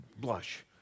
blush